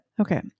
Okay